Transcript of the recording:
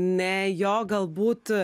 ne jo galbūt